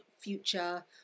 future